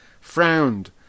frowned